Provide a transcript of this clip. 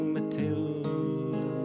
Matilda